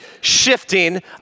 shifting